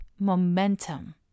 momentum